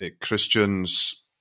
Christians